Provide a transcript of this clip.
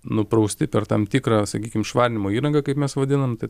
nuprausti per tam tikrą sakykim švarinimo įrangą kaip mes vadinam tai